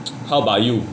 how about you